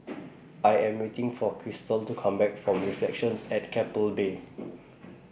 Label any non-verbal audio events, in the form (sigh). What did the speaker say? (noise) I Am waiting For Krystal to Come Back from (noise) Reflections At Keppel Bay (noise)